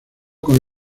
con